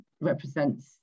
represents